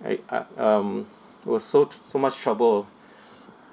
right uh um it was so so much trouble